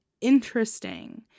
interesting